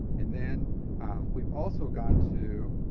and then we've also gone to